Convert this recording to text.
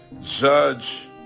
judge